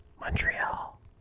Montreal